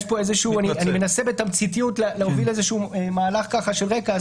אני מנסה בתמציתיות להוביל איזשהו מהלך של רקע,